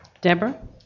Deborah